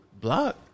Block